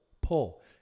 pull